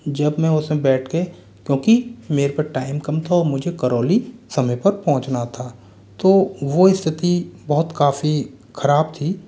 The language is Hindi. जब मैं उसमें बैठ के क्योंकि मेरे पर टाइम कम था और मुझे करौली समय पर पहुँचना था तो वो स्थिती बहुत काफी ख़राब थी